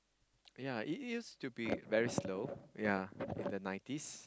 ya its used to be very slow in the nineties